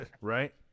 Right